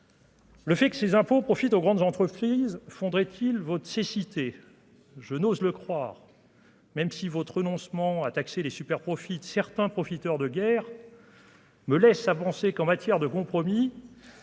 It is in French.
Le fait que ces impôts profitent aux grandes entreprises fondrait ils votre cécité je n'ose le croire, même si votre renoncement à taxer les superprofits certains profiteurs de guerre. Me laisse à penser qu'en matière de compromis,